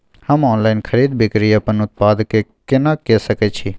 हम ऑनलाइन खरीद बिक्री अपन उत्पाद के केना के सकै छी?